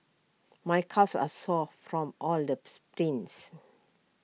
my calves are sore from all the sprints